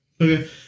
okay